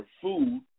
food